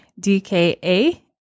DKA